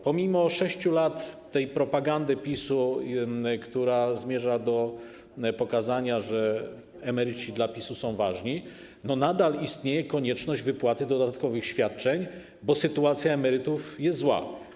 Pomimo 6 lat propagandy PiS, która zmierza do pokazania, że emeryci są dla PiS ważni, nadal istnieje konieczność wypłaty dodatkowych świadczeń, bo sytuacja emerytów jest zła.